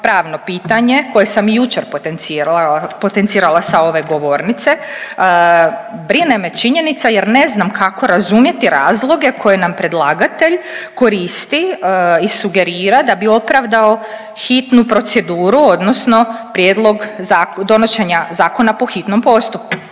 pravno pitanje koje sam i jučer potencirala sa ove govornice. Brine me činjenica jer ne znam kako razumjeti razloge koje nam predlagatelj koristi i sugerira da bi opravdao hitnu proceduru odnosno prijedlog zak…, donošenja zakona po hitnom postupku.